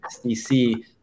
SDC